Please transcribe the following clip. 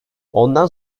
ondan